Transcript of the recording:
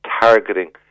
targeting